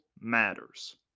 matters